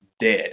dead